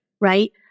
right